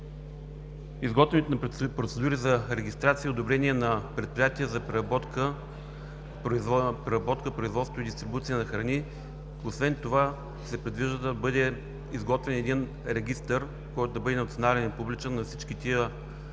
изготвянето на процедури за регистрация и одобрение на предприятия за преработка, производство и дистрибуция на храни. Освен това се предвижда да бъде изготвен регистър, който да бъде национален и публичен, на всички бизнес оператори